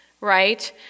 right